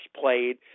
played